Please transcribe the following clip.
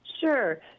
Sure